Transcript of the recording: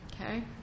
Okay